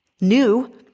new